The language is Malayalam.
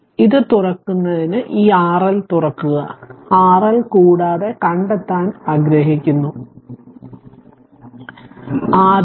അതിനാൽ ഇത് തുറക്കുന്നതിന് ഈ RL തുറക്കുക RL കൂടാതെ കണ്ടെത്താൻ ആഗ്രഹിക്കുന്നുL ആദ്യം